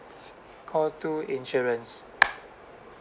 call two insurance